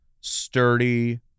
sturdy